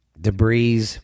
Debris